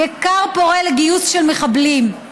וכר פורה לגיוס של מחבלים.